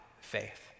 faith